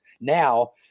now